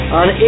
on